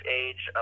age